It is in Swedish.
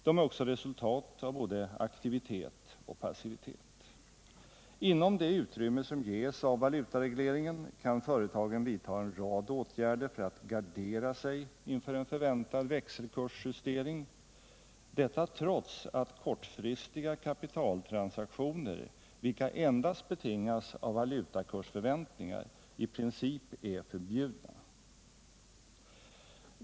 De är också resultat av både aktivitet och passivitet. Inom det utrymme som ges av valutaregleringen kan företagen vidta en rad åtgärder för att gardera sig inför en förväntad växelkursjustering, detta trots att kortfristiga kapitaltransaktioner, vilka endast betingas av valutakursförväntningar, i princip är förbjudna.